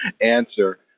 answer